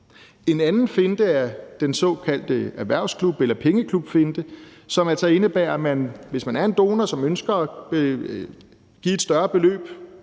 En anden finte er den såkaldte erhvervsklub- eller pengeklubfinte, som altså indebærer, at man, hvis man er en donor, som ønsker at give et større beløb,